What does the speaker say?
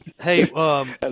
Hey